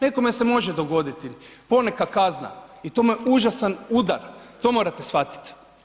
Nekome se može dogoditi poneka kazna i to mu je užasan udar, to morate shvatit.